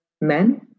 men